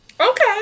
Okay